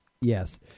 Yes